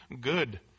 good